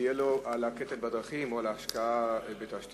שתהיה לו על הקטל בדרכים או על ההשקעה בתשתיות?